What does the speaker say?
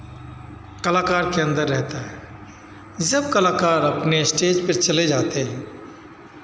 कलाकार के अन्दर रहता है जब कलाकार अपने स्टेज पर चले जाते हैं